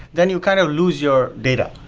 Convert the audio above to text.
then you kind of lose your data.